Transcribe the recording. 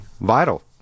vital